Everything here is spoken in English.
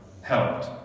helped